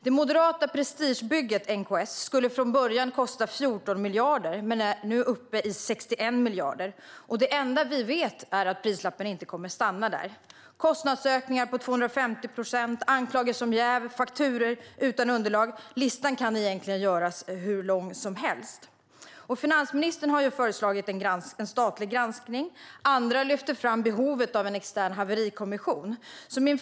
Det moderata prestigebygget NKS skulle från början kosta 14 miljarder men är nu uppe i 61 miljarder. Det enda vi vet är att prislappen inte kommer att stanna där. Kostnadsökningar på 250 procent, anklagelser om jäv, fakturor utan underlag; listan kan göras hur lång som helst. Finansministern har föreslagit en statlig granskning. Andra lyfter fram behovet av en extern haverikommission.